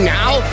now